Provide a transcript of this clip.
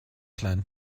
kleinen